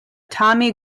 tommy